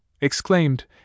exclaimed